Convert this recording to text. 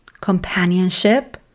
companionship